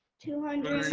two hundred.